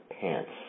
pants